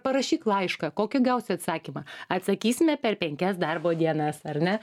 parašyk laišką kokį gausi atsakymą atsakysime per penkias darbo dienas ar ne